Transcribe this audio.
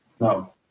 No